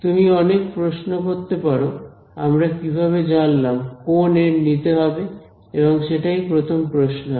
তুমি অনেক প্রশ্ন করতে পারো আমরা কিভাবে জানলাম কোন এন নিতে হবে এবং সেটাই প্রথম প্রশ্ন হবে